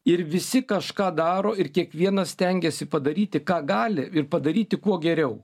ir visi kažką daro ir kiekvienas stengiasi padaryti ką gali ir padaryti kuo geriau